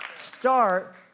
start